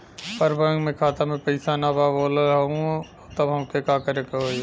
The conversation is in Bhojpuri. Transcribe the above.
पर बैंक मे खाता मे पयीसा ना बा बोलत हउँव तब हमके का करे के होहीं?